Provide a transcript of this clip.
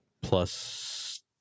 plus